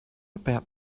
about